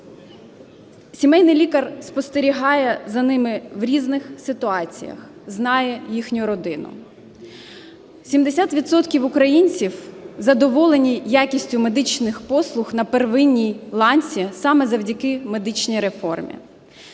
Сімейний лікар спостерігає за ними в різних ситуаціях, знає їхню родину. 70 відсотків українців задоволені якістю медичних послуг на первинній ланці саме завдяки медичній реформі.